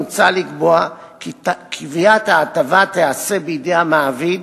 מוצע לקבוע כי קביעת ההטבה תיעשה בידי המעביד,